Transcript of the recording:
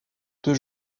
deux